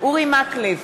אורי מקלב,